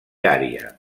ària